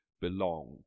belong